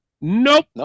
Nope